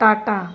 Tata